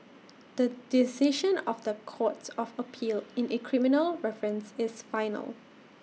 the decision of the courts of appeal in A criminal reference is final